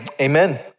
Amen